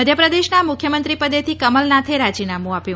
મધ્યપ્રદેશના મુખ્યમંત્રી પદેથી કમલનાથે રાજીનામું આપ્યું